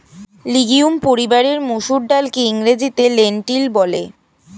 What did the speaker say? legume পরিবারের মুসুর ডালকে ইংরেজিতে লেন্টিল বলে